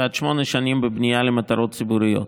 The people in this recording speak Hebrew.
ועד שמונה שנים בבנייה למטרות ציבוריות.